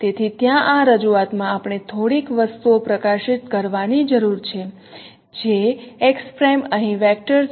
તેથી ત્યાં આ રજૂઆતમાં આપણે થોડીક વસ્તુઓ પ્રકાશિત કરવાની જરૂર છે જે x' અહીં વેક્ટર છે